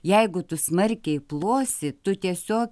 jeigu tu smarkiai plosi tu tiesiog